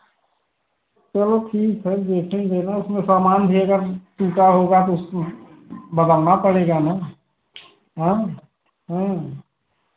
चलो ठीक है देखेंगे ना उसमें सामान भी अगर टूटा होगा तो उसको बदलना पड़ेगा ना हाँ